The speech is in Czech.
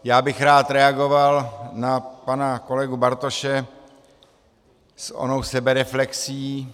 Já bych rád reagoval na pana kolegu Bartoše s onou sebereflexí.